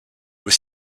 was